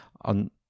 on